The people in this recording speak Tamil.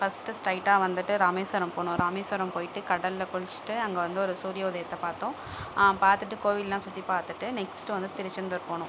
ஃபர்ஸ்ட்டு ஸ்ரைட்டாக வந்துட்டு இராமேஸ்வரம் போனோம் இராமேஸ்வரம் போயிட்டு கடலில் குளித்துட்டு அங்கே வந்து ஒரு சூரிய உதயத்தை பார்த்தோம் பார்த்துட்டு கோவில்லாம் சுற்றி பார்த்துட்டு நெக்ஸ்ட் வந்து திருச்செந்தூர் போனோம்